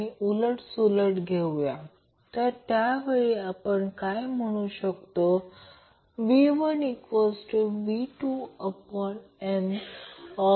हे कॉइल 1 आहे त्याचा रेझिस्टन्स 0